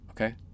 Okay